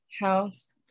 House